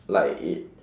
like it